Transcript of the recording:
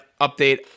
update